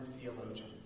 theologian